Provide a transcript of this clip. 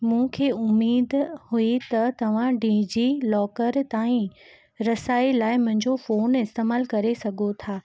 मूंखे उमीद हुई त तव्हां डिजिलॉकर ताईं रसाई लाइ मुंहिजो फ़ोन इस्तेमालु करे सघो था